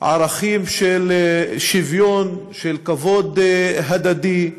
ערכים של שוויון, של כבוד הדדי.